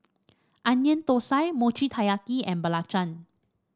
Onion Thosai Mochi Taiyaki and belacan